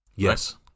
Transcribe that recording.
Yes